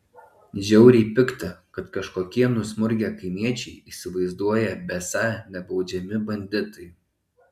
žiauriai pikta kad kažkokie nusmurgę kaimiečiai įsivaizduoja besą nebaudžiami banditai